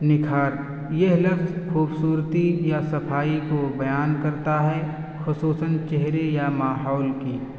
نکھار یہ لفظ خوبصورتی یا صفائی کو بیان کرتا ہے خصوصاً چہرے یا ماحول کی